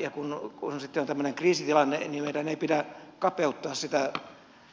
ja kun sitten on tämmöinen kriisitilanne niin meidän ei pidä kapeuttaa sitä